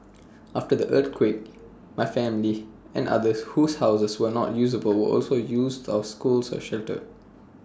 after the earthquake my family and others whose houses were not usable also used our school as A shelter